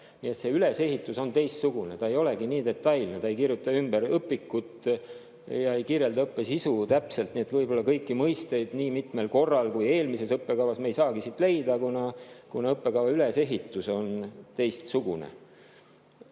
see ülesehitus on teistsugune. Ta ei ole nii detailne, ta ei kirjuta ümber õpikut ega kirjelda õppe sisu täpselt. Nii et kõiki mõisteid nii mitmel korral kui eelmises õppekavas me ei saagi siit leida, kuna õppekava ülesehitus on teistsugune.